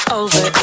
over